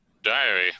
Diary